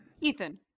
Ethan